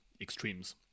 extremes